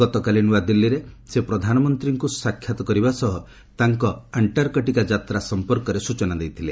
ଗତକାଲି ନୂଆଦିଲ୍ଲୀରେ ସେ ପ୍ରଧାନମନ୍ତ୍ରୀଙ୍କୁ ସାକ୍ଷାତ କରିବା ସହ ତାଙ୍କ ଆଣ୍ଟାର୍କଟିକା ଯାତ୍ରା ସଂପର୍କରେ ସୂଚନା ଦେଇଥିଲେ